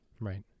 right